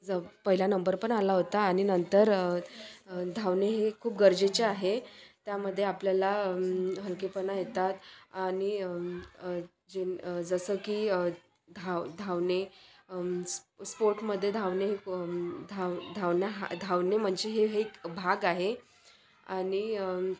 ज पहिला नंबर पण आला होता आणि नंतर धावणे हे खूप गरजेचे आहे त्यामध्ये आपल्याला हलकेपणा येतात आणि जे जसं की धाव धावणे स् स्पोर्टमध्ये धावणे हे धाव धावन हा धावणे म्हणजे हे हे एक भाग आहे आणि